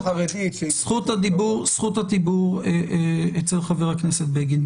זכות הדיבור אצל חבר הכנסת בגין.